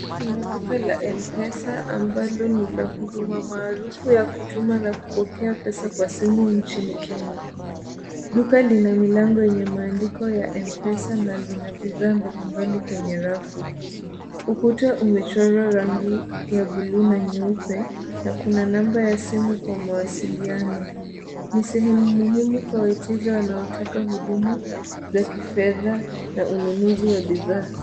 Kuna duka la M-pesa, ambalo ni la huduma maarufu ya kutuma na kupokea pesa kwa simu nchini Kenya. Duka lina milango yenye maandiko ya M-pesa, na lina bidhaa mbalimbali kwenye rafu. Ukuta umechorwa rangi ya buluu na nyeupe, na kuna namba ya simu kwa mawasiliano. Ni sehemu muhimu kwa wateja wanaotaka huduma za kifedha, na ununuzi wa bidhaa.